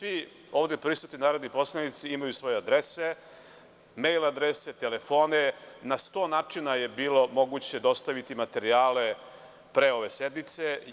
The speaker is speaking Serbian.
Svi ovde prisutni narodni poslanici imaju svoje adrese, mejl adrese, telefone, na sto načina je bilo moguće dostaviti materijale pre ove sednice.